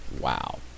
Wow